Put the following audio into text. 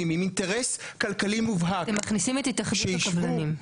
עם אינטרס כלכלי מובהק --- אתם מכניסים את התאחדות הקבלנים.